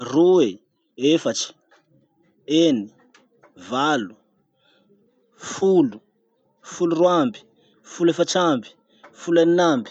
roe, efatsy, eny, valo, folo, folo roa amby, folo efatr'amby, folo eny amby.